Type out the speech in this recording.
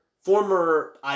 former